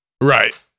Right